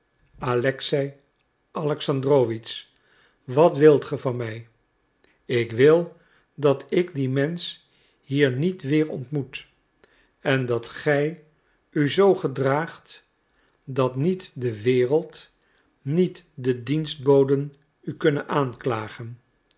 alexei alexandrowitsch wat wilt gij van mij ik wil dat ik dien mensch hier niet weer ontmoet en dat gij u zoo gedraagt dat niet de wereld niet de dienstboden u kunnen aanklagen